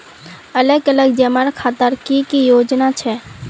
अलग अलग जमा खातार की की योजना छे?